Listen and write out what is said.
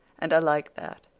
and i like that,